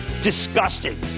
disgusting